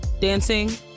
dancing